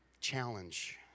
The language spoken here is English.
challenge